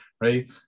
right